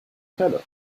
pelle